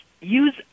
use